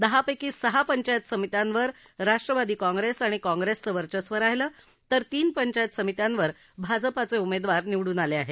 दहापैकी सहा पंचायत समित्यांवर राष्ट्रवादी काँग्रेस आणि काँग्रेसचं वर्चस्व राहिलं तर तीन पंचायत समित्यांवर भाजपाचे उमेदवार निवडून आले आहेत